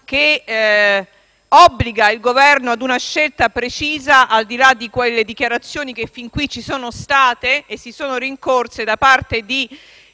che obbliga il Governo ad una scelta precisa, al di là delle dichiarazioni che fin qui si sono rincorse da parte di